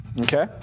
Okay